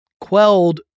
quelled